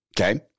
okay